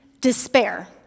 despair